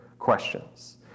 Questions